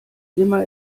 immer